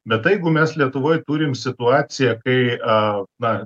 bet jeigu mes lietuvoj turim situaciją kai a na